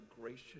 gracious